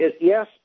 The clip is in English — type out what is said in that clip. Yes